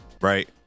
right